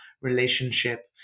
relationship